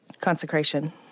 consecration